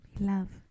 Love